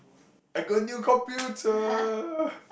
I got a new computer